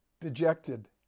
dejected